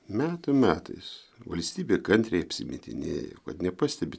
metų metais valstybė kantriai apsimetinėjo kad nepastebi